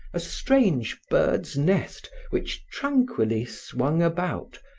a strange bird's nest which tranquilly swung about,